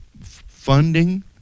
funding